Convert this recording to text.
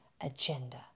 agenda